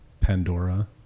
Pandora